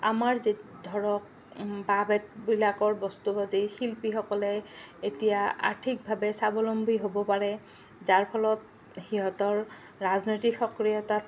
আমাৰ যে ধৰক বাঁহ বেতবিলাকৰ বস্তু শিল্পীসকলে এতিয়া আৰ্থিকভাৱে স্বাৱলম্বী হ'ব পাৰে যাৰ ফলত সিহঁতৰ ৰাজনৈতিক সক্ৰিয়তাত